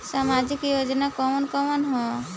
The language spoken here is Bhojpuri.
सामाजिक योजना कवन कवन ह?